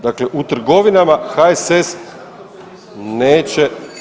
Dakle u trgovinama HSS neće.